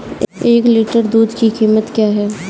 एक लीटर दूध की कीमत क्या है?